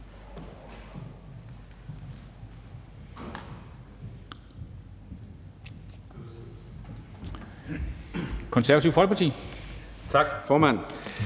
Konservative Folkeparti, og det